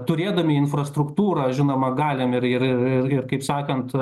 turėdami infrastruktūrą žinoma galim ir ir ir kaip sakant